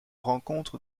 rencontre